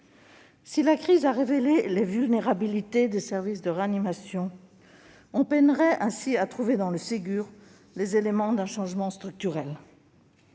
Si la crise a révélé les vulnérabilités des services de réanimation, on peinerait ainsi à trouver dans le Ségur les éléments d'un changement structurel.